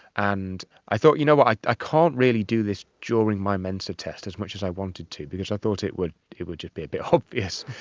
and i thought, you know what, i can't really do this during my mensa test, as much as i wanted to, because i thought it would it would bit bit obvious.